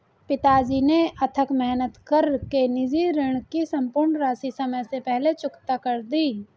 पिताजी ने अथक मेहनत कर के निजी ऋण की सम्पूर्ण राशि समय से पहले चुकता कर दी